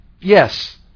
Yes